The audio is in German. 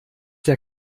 der